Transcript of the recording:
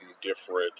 different